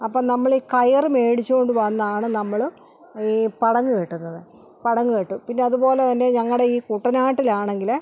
അപ്പം നമ്മൾ ഈ കയറ് മേടിച്ച് കൊണ്ട് വന്നാണ് നമ്മൾ ഈ പടങ്ങ് കെട്ടുന്നത് പടങ്ങ് കെട്ടും പിന്നതുപോലെ തന്നെ ഞങ്ങളുടെ ഈ കുട്ടനാട്ടിലാണെങ്കില്